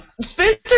Spencer